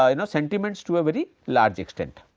ah you know sentiments to a very large extent.